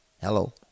Hello